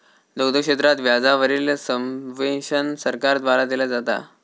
दुग्ध क्षेत्रात व्याजा वरील सब्वेंशन सरकार द्वारा दिला जाता